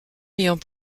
ayant